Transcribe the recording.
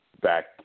back